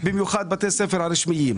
במיוחד בתי הספר הרשמיים.